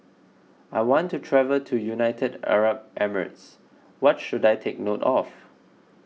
I want to travel to United Arab Emirates what should I take note of